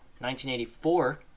1984